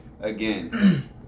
again